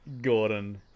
Gordon